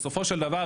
בסופו של דבר,